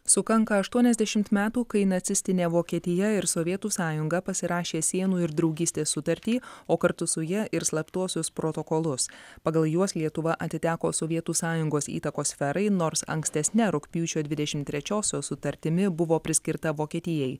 sukanka aštuoniasdešimt metų kai nacistinė vokietija ir sovietų sąjunga pasirašė sienų ir draugystės sutartį o kartu su ja ir slaptuosius protokolus pagal juos lietuva atiteko sovietų sąjungos įtakos sferai nors ankstesne rugpjūčio dvidešim trečiosios sutartimi buvo priskirta vokietijai